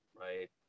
right